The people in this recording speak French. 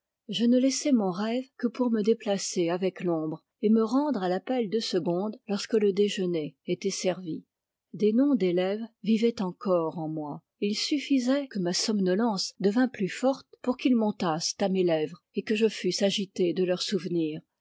je ne laissais mon rêve que pour me déplacer avec l'ombre et me rendre à l'appel de segonde lorsque le déjeuner était servi des noms d'élèves vivaient encore en moi il suffisait que ma somnolence devînt plus forte pour qu'ils montassent à mes lèvres et que je fusse agité de leur souvenir